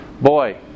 Boy